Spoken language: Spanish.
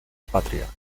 patria